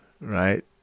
right